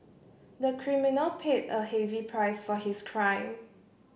the criminal paid a heavy price for his crime